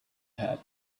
had